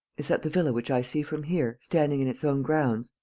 is that the villa which i see from here, standing in its own grounds?